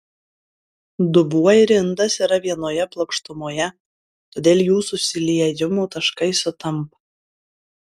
dubuo ir indas yra vienoje plokštumoje todėl jų susiliejimo taškai sutampa